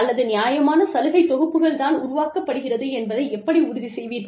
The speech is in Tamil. அல்லது நியாயமான சலுகை தொகுப்புகள் தான் உருவாக்கப்படுகிறது என்பதை எப்படி உறுதி செய்வீர்கள்